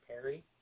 Perry